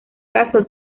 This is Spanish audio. caso